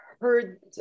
heard